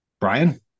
Brian